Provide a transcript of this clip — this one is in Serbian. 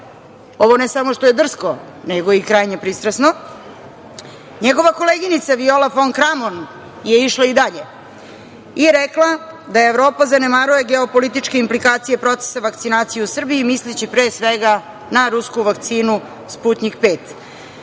Ovo ne samo što je drsko, nego je i krajnje pristrasno. Njegova koleginica Viola fon Kramon je išla i dalje i rekla da Evropa zanemaruje geopolitičke implikacije procesa vakcinacije i u Srbiji, misleći pre svega na rusku vakcinu "Sputnjik